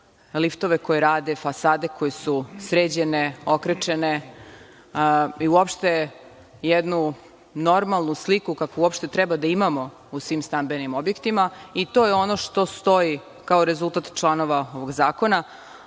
liftove koji rade, fasade koje su sređene, okrečene, i uopšte jednu normalnu sliku, kakvu uopšte treba da imamo u svim stambenim objektima, i to je ono što stoji kao rezultat članova ovog zakona,